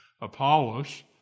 Apollos